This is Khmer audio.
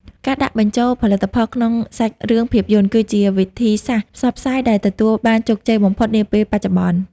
ការដាក់បញ្ចូលផលិតផលក្នុងសាច់រឿងភាពយន្ត គឺជាវិធីសាស្ត្រផ្សព្វផ្សាយដែលទទួលបានជោគជ័យបំផុតនាពេលបច្ចុប្បន្ន។